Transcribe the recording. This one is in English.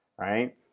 right